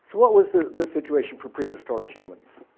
what was the the situation for prehistoric humans?